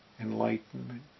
enlightenment